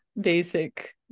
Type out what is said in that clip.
basic